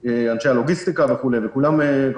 זה